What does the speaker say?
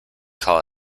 call